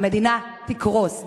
המדינה תקרוס,